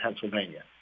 Pennsylvania